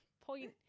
point